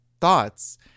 thoughts